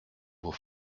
vos